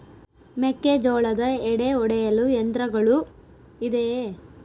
ಮೆಕ್ಕೆಜೋಳದ ಎಡೆ ಒಡೆಯಲು ಯಂತ್ರಗಳು ಇದೆಯೆ?